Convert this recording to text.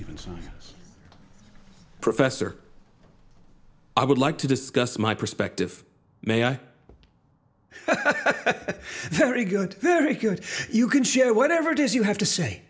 humans professor i would like to discuss my perspective very good very good you can share whatever it is you have to say